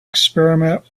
experiment